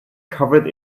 covered